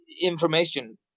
information